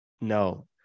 No